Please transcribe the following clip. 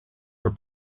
were